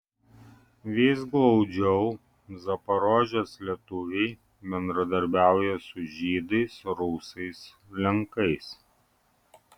vis glaudžiau zaporožės lietuviai bendradarbiauja su žydais rusais lenkais